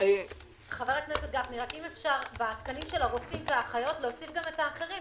אם אפשר בתקנים של הרופאים והאחיות להוסיף גם את האחרים,